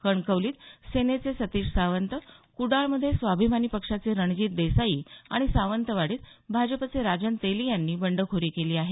कणकवलीत सेनेचे सतीश सावंत कुडाळ मध्ये स्वाभिमानी पक्षाचे रणजित देसाई अणि सावंतवाडीत भाजपचे राजन तेली यांनी बंडखोरी केली आहे